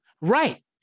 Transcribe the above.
Right